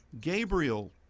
Gabriel